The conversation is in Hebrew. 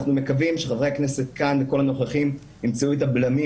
אנחנו מקווים שחברי הכנסת כאן וכל הנוכחים ימצאו את הבלמים